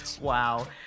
Wow